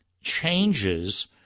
changes